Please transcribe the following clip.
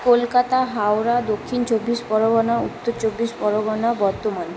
কলকাতা হাওড়া দক্ষিণ চব্বিশ পরগনা উত্তর চব্বিশ পরগনা বর্ধমান